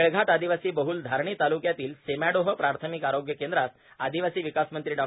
मेळघाट आदिवासी बहल धारणी ताल्क्यातील सेमाडोह प्राथमिक आरोग्य केंद्रास आदिवासी विकास मंत्री डॉ